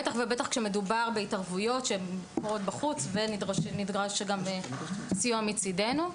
בטח ובטח כשמדובר בהתערבויות שהן קורות בחוץ ונדרש גם סיוע מצדנו.